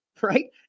Right